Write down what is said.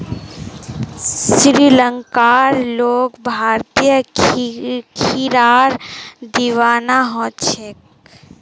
श्रीलंकार लोग भारतीय खीरार दीवाना ह छेक